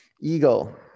Eagle